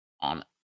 on